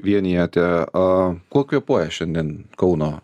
vienijate a kuo kvėpuoja šiandien kauno